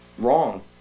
wrong